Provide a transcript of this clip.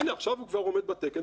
הנה עכשיו הוא כבר עומד בתקן,